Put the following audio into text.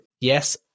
yes